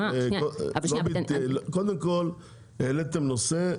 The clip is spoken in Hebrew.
קודם כל העליתם נושא,